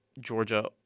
Georgia